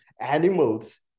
animals